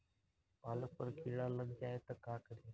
पालक पर कीड़ा लग जाए त का करी?